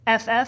FF